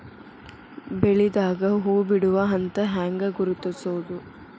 ಬೆಳಿದಾಗ ಹೂ ಬಿಡುವ ಹಂತ ಹ್ಯಾಂಗ್ ಗುರುತಿಸೋದು?